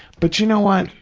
but you know what?